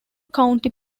county